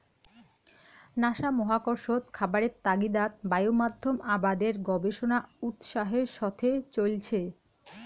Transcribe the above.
NASA মহাকর্ষত খাবারের তাগিদাত বায়ুমাধ্যম আবাদের গবেষণা উৎসাহের সথে চইলচে